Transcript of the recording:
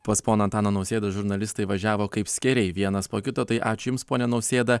pas poną antaną nausėdą žurnalistai važiavo kaip skėriai vienas po kito tai ačiū jums pone nausėda